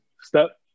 step